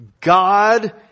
God